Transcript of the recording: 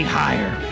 higher